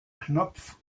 knopf